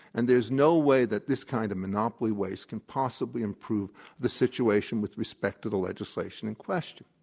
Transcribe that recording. and there's no way that this kind of monopoly waste can possibly improve the situation with respect to the legislation in question.